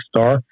star